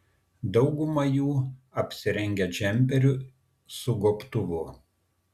dauguma jų apsirengę džemperiu su gobtuvu